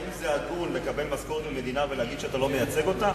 האם זה הגון לקבל משכורת מהמדינה ולהגיד שאתה לא מייצג אותה?